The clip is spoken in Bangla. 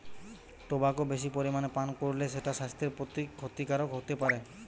টবাকো বেশি পরিমাণে পান কোরলে সেটা সাস্থের প্রতি ক্ষতিকারক হোতে পারে